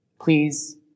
please